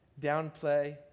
downplay